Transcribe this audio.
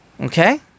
Okay